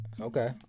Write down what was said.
Okay